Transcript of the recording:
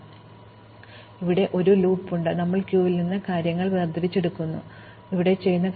ഇപ്പോൾ ഞങ്ങൾക്ക് ഇവിടെ ഒരു ലൂപ്പ് ഉണ്ട് അവിടെ ഞങ്ങൾ ക്യൂവിൽ നിന്ന് കാര്യങ്ങൾ വേർതിരിച്ചെടുക്കുന്നു ഞങ്ങൾ ഇവിടെ കാര്യങ്ങൾ ചെയ്യുന്നു